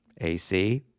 AC